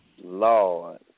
Lord